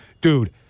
Dude